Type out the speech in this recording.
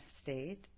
state